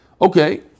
Okay